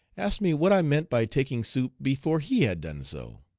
asked me what i meant by taking soup before he had done so.